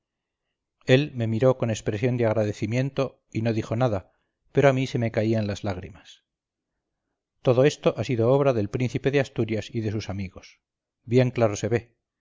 él me miró con expresión de agradecimiento y no dijo nada pero a mí se me caían las lágrimas todo esto ha sido obra del príncipe de asturias y de sus amigos bien claro se ve